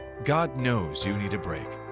god knows you need a break.